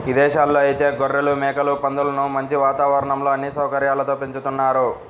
ఇదేశాల్లో ఐతే గొర్రెలు, మేకలు, పందులను మంచి వాతావరణంలో అన్ని సౌకర్యాలతో పెంచుతున్నారు